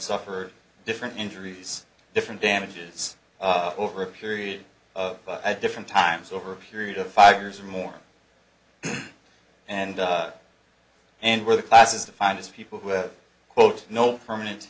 suffered different injuries different damages over a period of different times over a period of five years or more and and where the class is defined as people who have quote no permanent